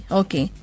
okay